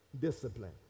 discipline